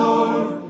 Lord